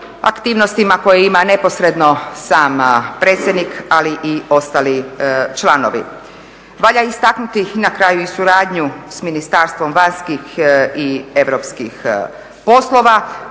aktivnostima koje ima neposredno sam predsjednik, ali i ostali članovi. Valja istaknuti i na kraju i suradnju sa Ministarstvom vanjskih i europskih poslova,